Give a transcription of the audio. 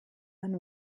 man